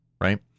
right